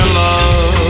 love